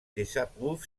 désapprouve